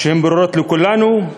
שהן ברורות לכולנו.